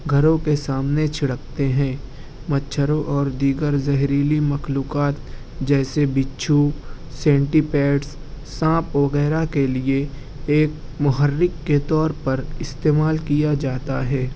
گھروں کے سامنے چھڑکتے ہیں مچھروں اور دیگر زہریلی مخلوقات جیسے بچھو سینٹیپیڈس سانپ وغیرہ کے لئے ایک محرک کے طور پر استعمال کیا جاتا ہے